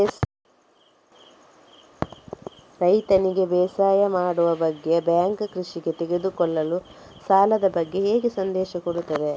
ರೈತನಿಗೆ ಬೇಸಾಯ ಮಾಡುವ ಬಗ್ಗೆ ಬ್ಯಾಂಕ್ ಕೃಷಿಗೆ ತೆಗೆದುಕೊಳ್ಳುವ ಸಾಲದ ಬಗ್ಗೆ ಹೇಗೆ ಸಂದೇಶ ಕೊಡುತ್ತದೆ?